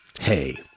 hey